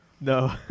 No